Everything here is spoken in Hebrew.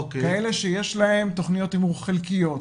כאלה שיש להן תכניות תמרור חלקיות,